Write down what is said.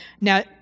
Now